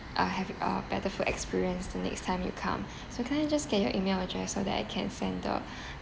uh have it uh better food experience the next time you come so can I just get your email address so that I can send you the